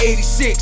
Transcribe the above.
86